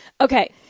Okay